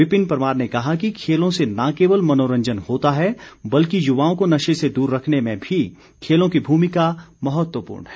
विपिन परमार ने कहा कि खेलों से न केवल मनोरंजन होता है बल्कि युवाओं को नशे से दूर रखने में भी खेलों की भूमिका महत्वपूर्ण है